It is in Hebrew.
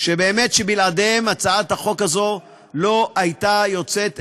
שבלעדיהם הצעת החוק הזאת לא הייתה יוצאת לדרך,